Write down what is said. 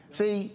see